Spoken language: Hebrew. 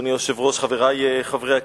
חברי חברי הכנסת,